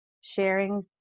Sharing